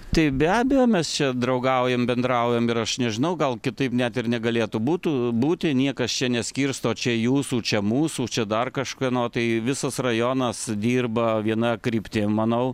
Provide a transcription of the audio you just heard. tai be abejo mes čia draugaujam bendraujam ir aš nežinau gal kitaip net ir negalėtų būtų būti niekas čia neskirsto čia jūsų čia mūsų čia dar kažkieno tai visas rajonas dirba viena kryptim manau